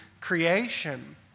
creation